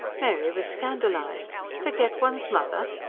mary was scandalised. forget one's mother.